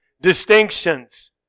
distinctions